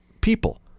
people